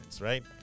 right